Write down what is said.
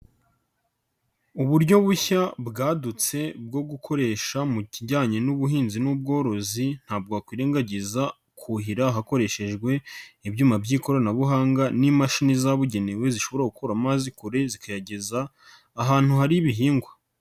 Uburyo bushya bwadutse bwo gukoresha mu kijyanye n'ubuhinzi n'ubworozi ntabwo wakwirengagiza kuhira hakoreshejwe ibyuma by'ikoranabuhanga n'imashini zabugenewe zishobora gukura amazi kure zikayageza ahantu hari ibihingwa.